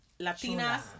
Latinas